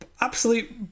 absolute